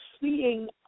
seeing